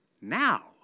now